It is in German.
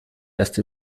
erst